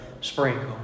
sprinkle